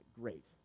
Great